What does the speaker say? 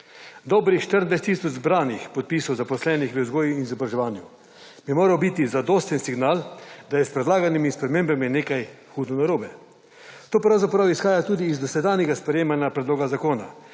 Dobrih 24 tisoč zbranih podpisov zaposlenih v vzgoji in izobraževanju bi moral biti zadosten signal, da je s predlaganimi spremembami nekaj hudo narobe. To pravzaprav izhaja tudi iz dosedanjega sprejemanja predloga zakona,